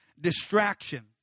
distraction